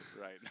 right